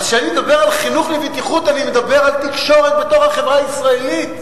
כשאני מדבר על חינוך לבטיחות אני מדבר על תקשורת בתוך החברה הישראלית,